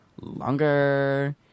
longer